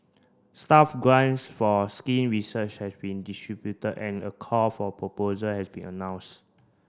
staff grants for skin research has been distributed and a call for proposal has been announce